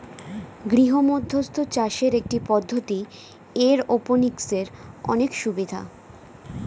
গৃহমধ্যস্থ চাষের একটি পদ্ধতি, এরওপনিক্সের অনেক সুবিধা